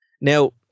Now